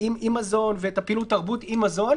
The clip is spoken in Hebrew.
-- עם מזון ואת פעילות התרבות עם מזון,